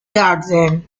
garden